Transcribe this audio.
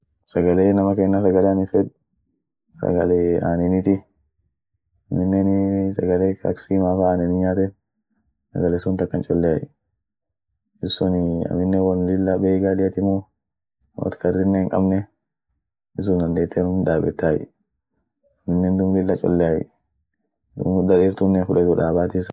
Sagale inama kenna sagale anin fed, sagalee aneniti, aminenii sagale ka ak simaa fa anenin nyaaten, sagale sunt akan cholleay, issunii aminen won lilla bei gaaliatimu, woat karrine hinkabne, isun dandeete unum daabetay, aminen duum lilla cholleay, duum mudda deertunen hinfudetu daabati isa.